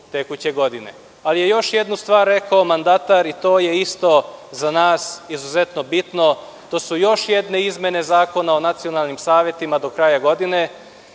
tekuće godine. Ali je još jednu stvar rekao mandatar i to je isto za nas izuzetno bitno, to su još jedne izmene Zakona o nacionalnim savetima do kraja godine.